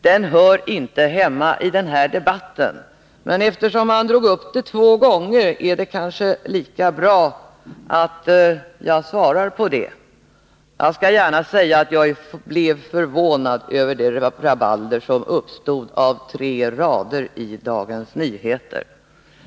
Den frågan hör inte hemma i den här debatten, men eftersom han drog upp den två gånger är det kanske lika bra att jag svarar. Jag blev förvånad över det rabalder som uppstod på grund av tre rader i Dagens Nyheter.